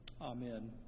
Amen